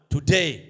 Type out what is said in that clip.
Today